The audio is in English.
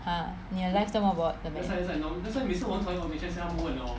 !huh! 你的 life 这么 bored 的 meh